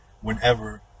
whenever